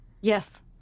Yes